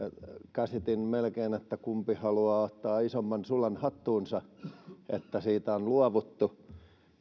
käsitin melkein niin että kumpi haluaa ottaa isomman sulan hattuunsa siitä että siitä on luovuttu